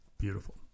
Beautiful